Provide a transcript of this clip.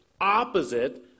opposite